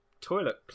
toilet